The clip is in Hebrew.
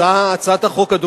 הצעת החוק,